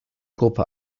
gruppe